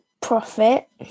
profit